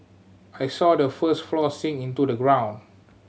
I saw the first floor sink into the ground